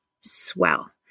swell